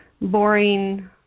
boring